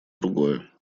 другое